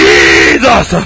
Jesus